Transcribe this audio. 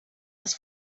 das